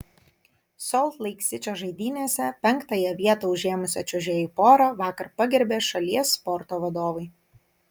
solt leik sičio žaidynėse penktąją vietą užėmusią čiuožėjų porą vakar pagerbė šalies sporto vadovai